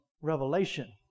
revelation